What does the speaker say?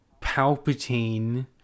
Palpatine-